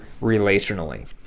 relationally